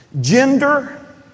gender